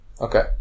okay